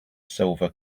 silver